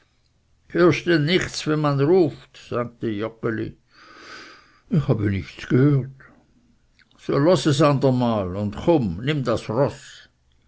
denn nichts wenn man ruft sagte joggeli ich habe nichts gehört su los es andermal und chumm nimm das roß